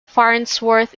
farnsworth